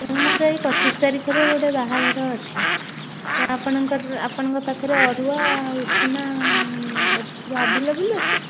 ଆଜ୍ଞା ମୋର ଏଇ ପଚିଶ ତାରିଖରେ ଗୋଟେ ବାହାଘର ଅଛି ଯେ ଆପଣଙ୍କ ଆପଣଙ୍କ ପାଖରେ ଅରୁଆ ଉଷୁନା ଆଭାଲେବୁଲ୍ ଅଛି